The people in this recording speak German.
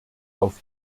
auf